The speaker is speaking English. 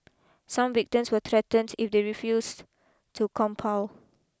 some victims were threatened if they refused to compile